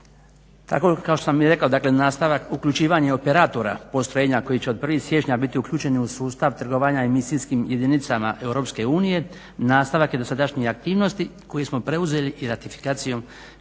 Tako kao što sam i rekao, dakle nastavak uključivanja i operatora postrojenja koji će od 1. siječnja biti uključeni u sustav trgovanja emisijskim jedinicama EU nastavak je dosadašnje aktivnosti koju smo preuzeli i ratifikacijom